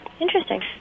Interesting